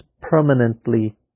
permanently